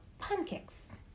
pancakes